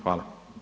Hvala.